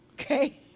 Okay